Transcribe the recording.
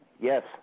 Yes